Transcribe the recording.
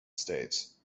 states